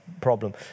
problem